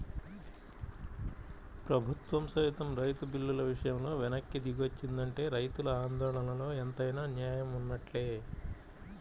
ప్రభుత్వం సైతం రైతు బిల్లుల విషయంలో వెనక్కి దిగొచ్చిందంటే రైతుల ఆందోళనలో ఎంతైనా నేయం వున్నట్లే